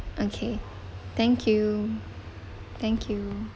okay thank you thank you